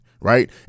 right